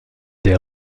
des